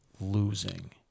losing